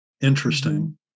interesting